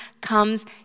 comes